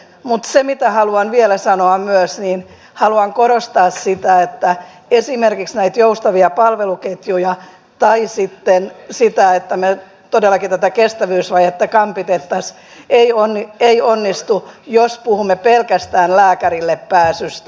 mutta se mitä haluan vielä sanoa myös on että haluan korostaa sitä että esimerkiksi nämä joustavat palveluketjut tai sitten se että me todellakin tätä kestävyysvajetta kampittaisimme eivät onnistu jos puhumme pelkästään lääkärille pääsystä